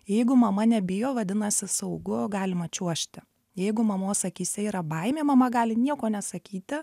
jeigu mama nebijo vadinasi saugu galima čiuožti jeigu mamos akyse yra baimė mama gali nieko nesakyti